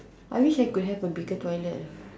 I wish I could have a bigger toilet lah